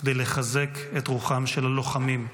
כדי לחזק את רוחם של הלוחמים?